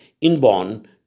inborn